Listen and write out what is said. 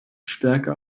stärker